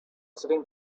sitting